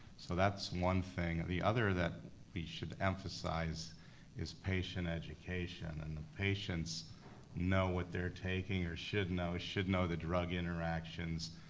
so that's one thing. the other that we should emphasize is patient education and the patients know what they're taking or should know, should know the drug interactions